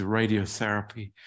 radiotherapy